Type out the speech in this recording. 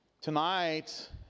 tonight